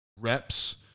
reps